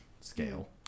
scale